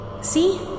See